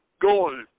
gold